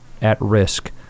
at-risk